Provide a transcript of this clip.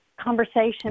conversation